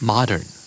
Modern